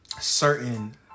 certain